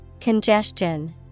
Congestion